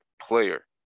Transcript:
player